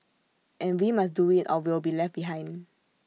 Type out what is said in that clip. and we must do IT or we'll be left behind